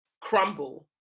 crumble